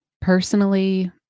personally